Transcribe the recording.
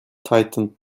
tightened